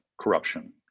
corruption